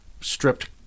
stripped